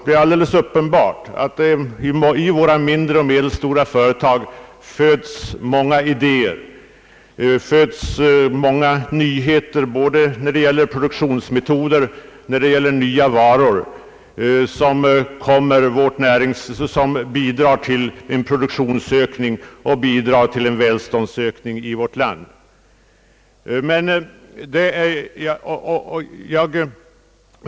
Det är alldeles uppenbart att i våra mindre och medelstora företag föds många idéer och många nyheter både när det gäller produktionsmetoder och nya varor som bidrar till en produktionsökning och en välståndsökning i vårt land.